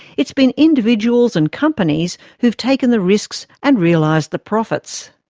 it's been individuals and companies who have taken the risks and realised the profits.